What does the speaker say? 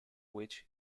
which